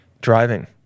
Driving